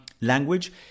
language